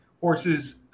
Horses